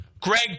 Greg